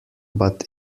but